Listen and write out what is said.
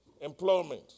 employment